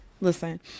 listen